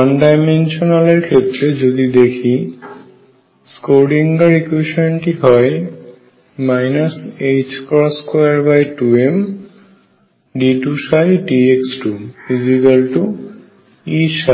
one dimensional এর ক্ষেত্রে যদি দেখি স্ক্রোডিঙ্গার ইকুয়েশান টি হয় 22md2dx2Eψ